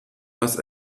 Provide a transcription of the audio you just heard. was